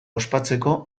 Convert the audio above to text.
ospatzeko